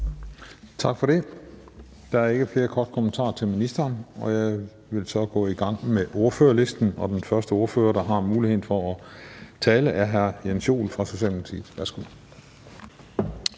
Tak for det. Der er ikke flere korte bemærkninger til ministeren. Jeg vil så gå i gang med ordførerrækken, og den første ordfører, der har muligheden for at tale, er hr. Jens Joel fra Socialdemokratiet. Værsgo.